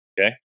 Okay